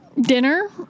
Dinner